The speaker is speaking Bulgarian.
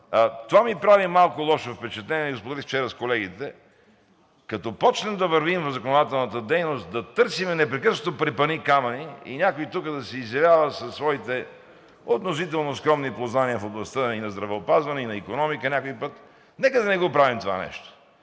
Това ми прави малко лошо впечатление и го споделих вчера с колегите. Като почнем да вървим в законодателната дейност да търсим непрекъснато препъникамъни и някой тук да се изявява със своите относително скромни познания в областта и на здравеопазване, и на икономика някой път – нека да не го правим това нещо.